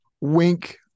Wink